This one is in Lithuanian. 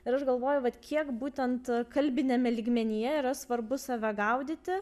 ir aš galvoju vat kiek būtent kalbiniame lygmenyje yra svarbu save gaudyti